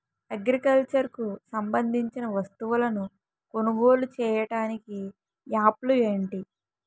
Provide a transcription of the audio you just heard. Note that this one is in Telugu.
అగ్రికల్చర్ కు సంబందించిన వస్తువులను కొనుగోలు చేయటానికి యాప్లు ఏంటి?